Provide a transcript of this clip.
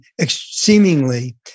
seemingly